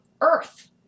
Earth